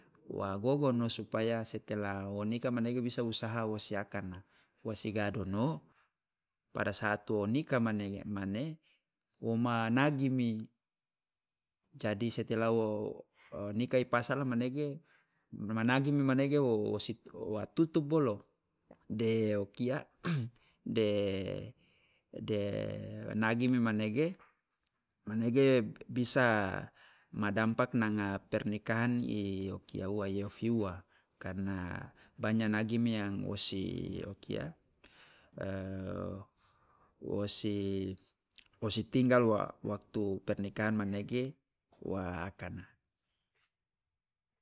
Wa gogono supaya setelah wa nika manege bisa usaha wo si akana, wo sigadono pada saat wo nika mane mane wo ma nagimi, jadi setelah wo nika i pasal manege managi manege wa tutup bolo, de o kia de nagi manege bisa ma dampak nanga pernikahan i o kia ua, i ofi ua. Karna banya nagimi yang wo si wo kia wo si tinggal wa waktu pernikahan manege wa akana.